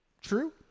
True